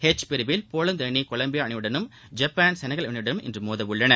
H பிரிவில் Poland அணி Colombia அணியுடனும் ஜப்பான் செனகல் அணியுடனும் இன்று மோதவுள்ளன